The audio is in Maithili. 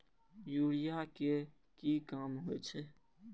यूरिया के की काम होई छै?